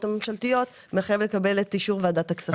הממשלתיות מחייב לקבל את אישור ועדת הכספים.